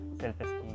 self-esteem